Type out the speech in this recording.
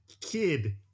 kid